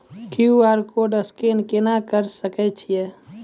QR code scan केना करै सकय छियै?